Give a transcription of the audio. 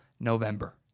November